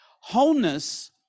Wholeness